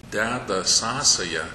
deda sąsają